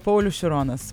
paulius šironas